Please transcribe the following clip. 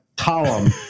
column